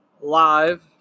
live